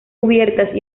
cubiertas